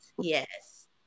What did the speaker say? Yes